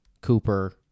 Cooper